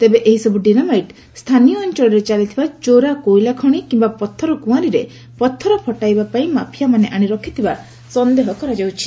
ତେବେ ଏହି ସବୁ ଡିନାମାଇଟ୍ ସ୍ଚାନୀୟ ଅଞ୍ଚଳରେ ଚାଲିଥିବା ଚୋରା କୋଇଲା ଖଶି କିୟା ପଥର କୁଆଁରୀରେ ପଥ ଫଟାଇବା ପାଇଁ ମାଫିଆମାନେ ଆଶି ରଖିଥିବା ସନେହ କରାଯାଉଛି